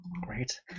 Great